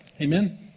Amen